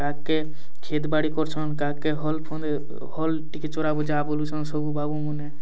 କାଆକେ କ୍ଷେତବାଡ଼ି କରଛନ କାଆକେ ହଲ ଫନ୍ଦେ ହଲ ଟିକେ ଚରା ବୁଝା ବୁଲୁଛନ ସବୁ ବାବୁ ମାନେ